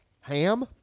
Ham